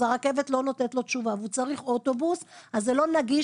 אז אין רכבת משם ואם הוא צריך אוטובוס אז הוא לא נגיש.